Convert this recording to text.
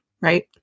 right